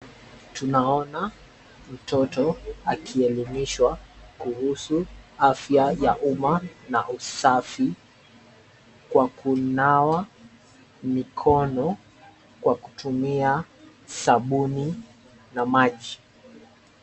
Tunaona mtoto akielimishwa kuhusu afya ya umma na usafi kwa kunawa mikono kwa kutumia sabuni na maji.